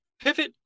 pivot